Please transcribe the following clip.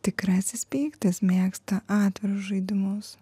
tikrasis pyktis mėgsta atvirus žaidimus